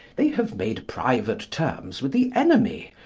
they have made private terms with the enemy,